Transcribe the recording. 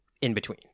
in-between